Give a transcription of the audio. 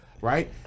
Right